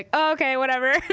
ah okay, whatever.